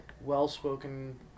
well-spoken